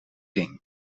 ring